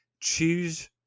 choose